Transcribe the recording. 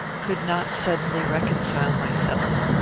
could not suddenly reconcile myself.